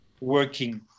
working